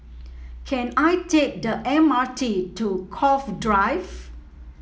can I take the M R T to Cove Drive